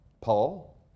Paul